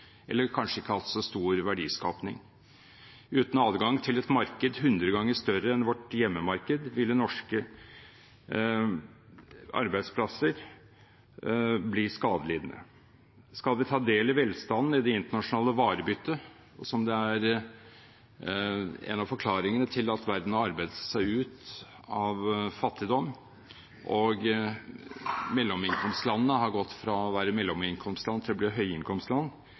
eller kanskje ikke hatt så stor verdiskaping. Uten adgang til et marked 100 ganger større enn vårt hjemmemarked ville norske arbeidsplasser bli skadelidende. Skal vi ta del i velstanden i det internasjonale varebyttet, som er en av forklaringene på at verden har arbeidet seg ut av fattigdom, og at mellominnkomstlandene har gått fra å være mellominnkomstland til å bli